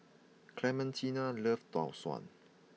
Clementina loves Tau Suan